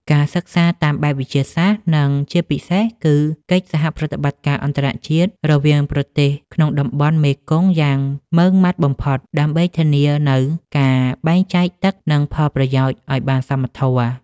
ការសិក្សាតាមបែបវិទ្យាសាស្ត្រ និងជាពិសេសគឺកិច្ចសហប្រតិបត្តិការអន្តរជាតិរវាងប្រទេសក្នុងតំបន់មេគង្គយ៉ាងម៉ឺងម៉ាត់បំផុត ដើម្បីធានានូវការបែងចែកទឹក និងផលប្រយោជន៍ឱ្យបានសមធម៌។